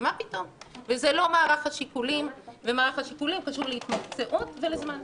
אפילו ניסנקורן ודודי אמסלם